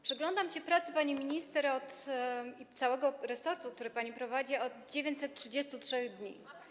Przyglądam się pracy pani minister i całego resortu, który pani prowadzi, od 933 dni.